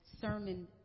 sermon